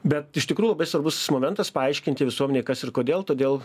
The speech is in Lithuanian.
bet iš tikrųjų labai svarbus momentas paaiškinti visuomenei kas ir kodėl todėl